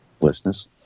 listeners